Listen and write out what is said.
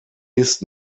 ist